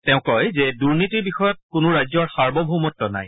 তেওঁ কয় যে দুৰ্নীতিৰ বিষয়ত কোনো ৰাজ্যৰ সাৰ্বভৌমত্ব নাই